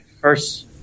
first